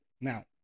Now